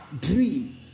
dream